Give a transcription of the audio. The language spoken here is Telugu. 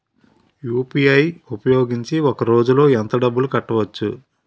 యు.పి.ఐ ఉపయోగించి ఒక రోజులో ఎంత డబ్బులు కట్టవచ్చు?